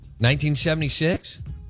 1976